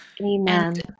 Amen